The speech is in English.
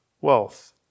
wealth